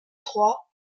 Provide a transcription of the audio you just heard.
trois